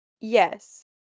yes